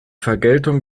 vergeltung